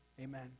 Amen